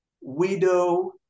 widow